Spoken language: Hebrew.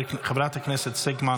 חברת הכנסת סגמן,